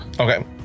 Okay